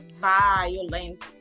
violence